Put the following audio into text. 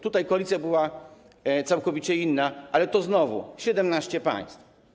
Tutaj koalicja była całkowicie inna, ale to znowu 17 państw.